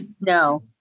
No